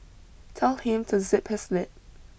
tell him to zip his lip